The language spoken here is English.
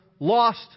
Lost